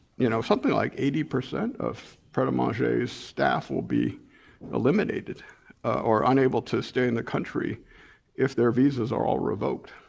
you know something like eighty percent of pret a manger's staff will be eliminated or unable to stay in the country if their visas are all revoked.